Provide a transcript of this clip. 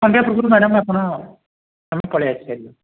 ସନ୍ଧ୍ୟା ପୂର୍ବରୁ ମ୍ୟାଡ଼ମ୍ ଆପଣ ଆପଣ ପଳେଇ ଆସିପାରିବେ